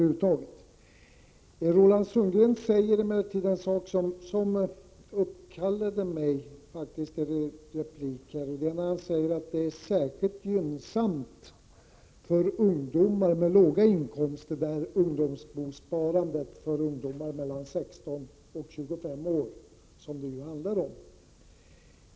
Roland Sundgren sade emellertid något som gav mig anledning att begära replik, nämligen att ungdomsbosparandet för ungdomar mellan 16 och 25 år är särskilt gynnsamt för de ungdomar som har låga inkomster.